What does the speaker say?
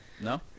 No